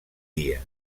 dia